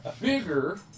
bigger